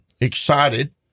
excited